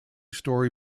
story